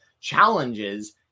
challenges